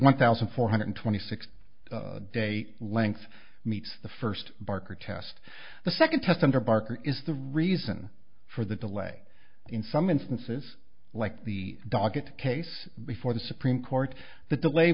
one thousand four hundred twenty six date length meets the first barker test the second test under barker is the reason for the delay in some instances like the docket case before the supreme court the delay